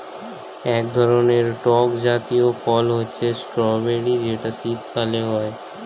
এক ধরনের টক জাতীয় ফল হচ্ছে স্ট্রবেরি যেটা শীতকালে হয়